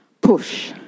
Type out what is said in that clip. PUSH